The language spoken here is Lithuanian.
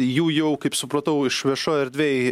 jų jau kaip supratau iš viešoj erdvėj